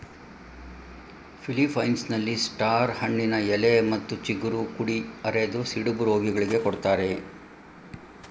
ಫಿಲಿಪ್ಪೈನ್ಸ್ನಲ್ಲಿ star ಹಣ್ಣಿನ ಎಲೆ ಮತ್ತು ಚಿಗುರು ಕುಡಿ ಅರೆದು ಸಿಡುಬು ರೋಗಿಗಳಿಗೆ ಕೊಡ್ತಾರೆ